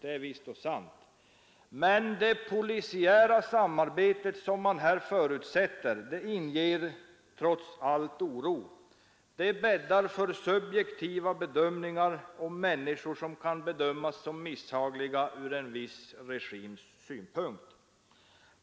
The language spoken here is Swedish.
Det är visst och sant, men det polisiära samarbete som man här förutsätter inger trots allt oro. Det bäddar för subjektiva bedömningar om människor som kan bedömas som misshagliga ur en viss regims synpunkt.